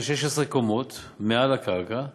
בן 16 קומות מעל הקרקע,